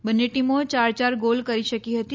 બંને ટીમો ચાર ચાર ગોલ કરી શકી હતી